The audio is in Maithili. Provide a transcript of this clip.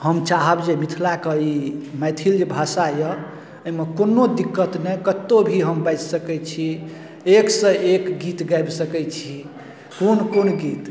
हम चाहब जे मिथिलाके ई मैथिली जे भाषा अइ एहिमे कोनो दिक्कत नहि कतहु भी हम बाजि सकै छी एकसँ एक गीत गाबि सकै छी कोन कोन गीत